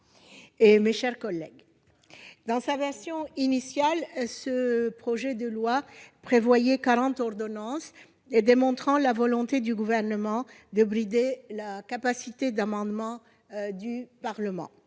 mes chers collègues, dans sa version initiale, ce projet de loi prévoyait quarante ordonnances, démontrant la volonté du Gouvernement de brider la capacité d'amendement du Parlement.